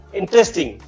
interesting